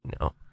no